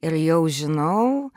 ir jau žinau